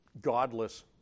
godless